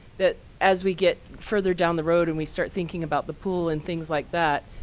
that as we get further down the road, and we start thinking about the pool, and things like that,